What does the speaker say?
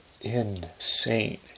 insane